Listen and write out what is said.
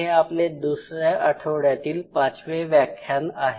हे आपले दुसऱ्या आठवड्यातील पाचवे व्याख्यान आहे